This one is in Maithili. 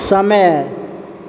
समय